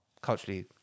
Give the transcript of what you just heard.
culturally